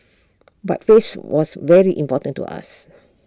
but face was very important to us